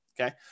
Okay